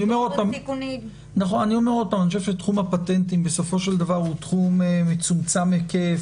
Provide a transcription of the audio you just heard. אני חושב שתחום הפטנטים הוא מצומצם היקף